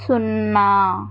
సున్నా